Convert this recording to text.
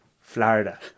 florida